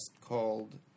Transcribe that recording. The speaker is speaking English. called